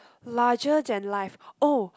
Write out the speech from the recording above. larger than life oh